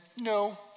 no